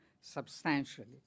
substantially